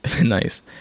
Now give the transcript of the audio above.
Nice